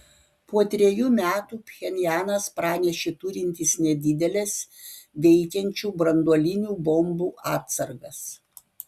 po trejų metų pchenjanas pranešė turintis nedideles veikiančių branduolinių bombų atsargas